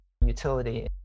utility